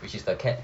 which is the cat